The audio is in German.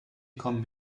kommen